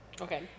Okay